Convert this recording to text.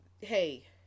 hey